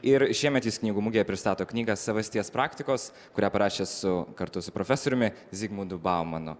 ir šiemet jis knygų mugėje pristato knygą savasties praktikos kurią parašė su kartu su profesoriumi zigmundu baumanu